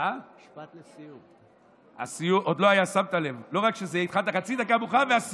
שמת לב, לא רק שהתחלתי חצי דקה מאוחר, בסיום,